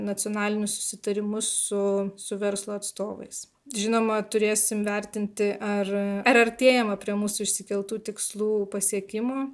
nacionalinius susitarimus su su verslo atstovais žinoma turėsim vertinti ar ar artėjama prie mūsų išsikeltų tikslų pasiekimo